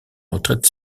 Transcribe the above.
retraite